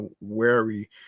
wary